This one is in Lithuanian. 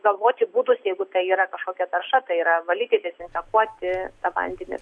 galvoti būdus jeigu tai yra kažkokia tarša tai yra valyti dezinfekuoti tą vandenį